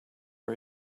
for